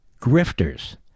grifters